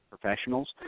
professionals